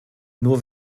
nur